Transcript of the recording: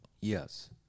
Yes